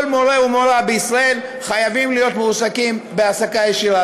כל מורה ומורה בישראל חייבים להיות מועסקים בהעסקה ישירה.